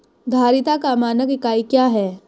धारिता का मानक इकाई क्या है?